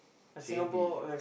J_B